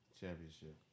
championship